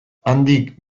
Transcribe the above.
handik